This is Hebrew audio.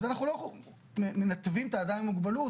אז אנחנו לא מנתבים את האדם עם מוגבלות,